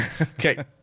Okay